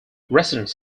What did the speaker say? residents